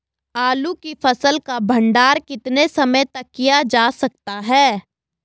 आलू की फसल का भंडारण कितने समय तक किया जा सकता है?